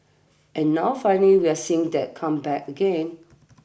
and now finally we're seeing that come back again